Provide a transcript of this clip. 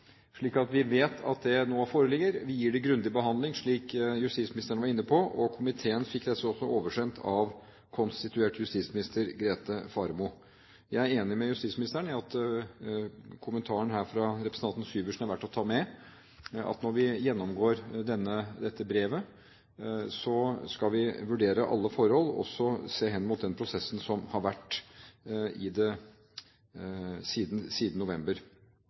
Vi vet at det nå foreligger. Vi gir det grundig behandling, slik justisministeren var inne på. Komiteen fikk dette oversendt av konstituert justisminister Grete Faremo. Jeg er enig med justisministeren i at kommentaren her fra representanten Syversen er verd å ta med, at vi, når vi gjennomgår dette brevet, skal vurdere alle forhold og også se hen mot den prosessen som har vært